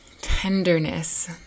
tenderness